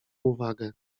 uwagę